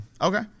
okay